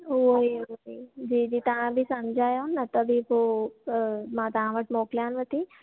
ऊंअईं जी जी तव्हां बि सम्झायोनि न तॾहिं पोइ मां तव्हां वटि मोकिलियांव थी